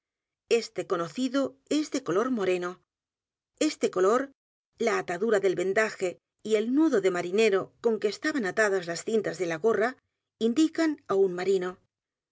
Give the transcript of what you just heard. este conocido es de eolor moreno este color la atadura del vendaje y el nudo de marinero con que estaban atadas las cintas de la gorra indican á u n marino